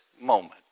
moment